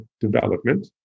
development